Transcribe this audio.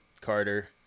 carter